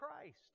Christ